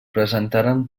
presentaren